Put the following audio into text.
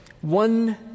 one